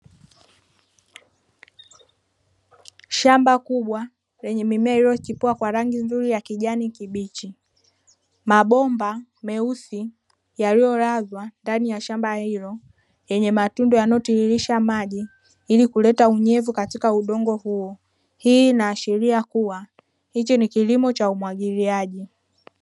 Shamba kubwa lenye mimea iliyochipua kwa rangi nzuri ya kijani kibichi, mabomba meusi yaliyolazwa ndani ya shamba hilo yenye matundu yanayotiririsha maji ili kuleta unyevu katika udongo huo, hii inaashiria kuwa hichi ni kilimo cha umwagiliaji.